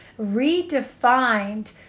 redefined